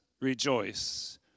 rejoice